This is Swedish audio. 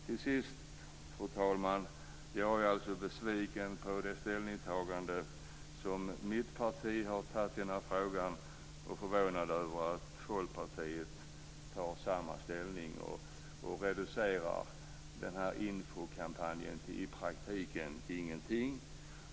Till sist, fru talman, är jag besviken på det ställningstagande som mitt parti har gjort i den här frågan. Jag är förvånad över att Folkpartiet tar samma ställning och reducerar den här informationskampanjen till i praktiken ingenting.